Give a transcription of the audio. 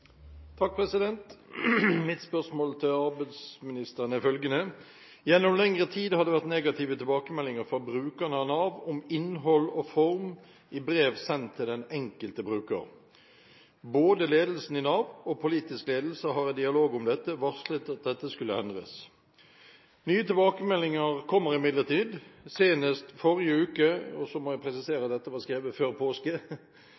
er følgende: «Gjennom lengre tid har det vært negative tilbakemeldinger fra brukerne av Nav om innhold og form i brev sendt til den enkelte bruker. Både ledelsen i Nav og politisk ledelse har i dialog om dette varslet at en skulle gjøre noe med dette. Nye tilbakemeldinger kommer imidlertid, senest forrige uke